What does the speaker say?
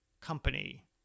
company